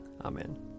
Amen